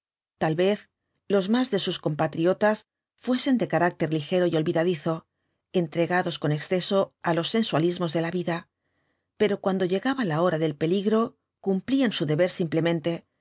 tal vez los más de sus compatriotas fuesen de carácter ligero y olvidadizo entregados con exceso á los sensualismos de la vida pero cuando llegaba la hora del peligro cumplían su deber simplemente